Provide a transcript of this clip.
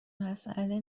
مسئله